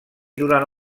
durant